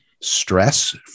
stress